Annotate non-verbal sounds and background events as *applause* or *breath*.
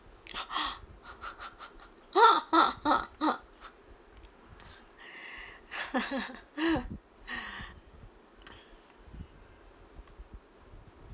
*noise* *laughs* *breath* *laughs* *breath*